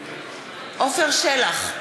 עפר שלח,